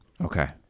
Okay